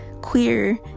queer